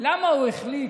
למה הוא החליט